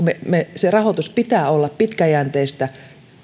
sen rahoituksen pitää olla pitkäjänteistä